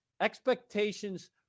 Expectations